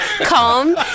calm